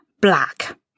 Black